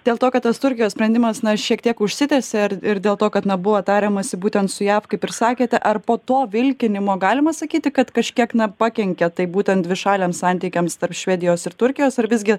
dėl to kad tas turkijos sprendimas na šiek tiek užsitęsė ir dėl to kad na buvo tariamasi būtent su jav kaip ir sakėte ar po to vilkinimo galima sakyti kad kažkiek na pakenkė tai būtent dvišaliams santykiams tarp švedijos ir turkijos ar visgi